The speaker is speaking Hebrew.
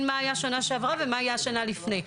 מה היה בשנה שעברה ומה היה בשנה שלפני.